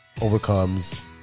Overcomes